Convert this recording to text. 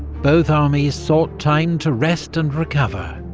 both armies sought time to rest and recover.